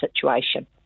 situation